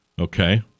Okay